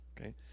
Okay